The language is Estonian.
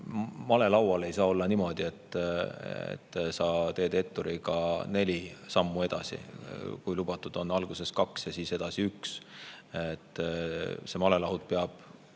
malelaual. Ei saa olla niimoodi, et sa teed etturiga neli sammu edasi, kui lubatud on alguses kaks ja siis edasi üks. Malelaud peab